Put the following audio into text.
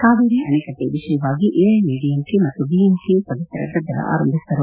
ಕಾವೇರಿ ಅಡೆಕಟ್ಟೆ ವಿಷಯವಾಗಿ ಎಐಎಡಿಎಂಕೆ ಮತ್ತು ಡಿಎಂಕೆ ಸದಸ್ನರ ಗದ್ದಲ ಆರಂಭಿಸಿದರು